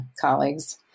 colleagues